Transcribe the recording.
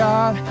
God